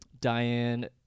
Diane